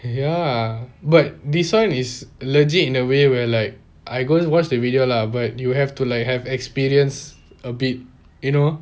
ya but this one is legit in a way where like I go watch the video lah but you have to like have experience a bit you know